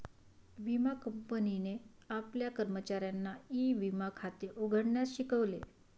विमा कंपनीने आपल्या कर्मचाऱ्यांना ई विमा खाते उघडण्यास शिकवले